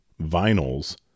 vinyls